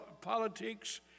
politics